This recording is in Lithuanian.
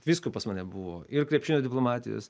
visko pas mane buvo ir krepšinio diplomatijos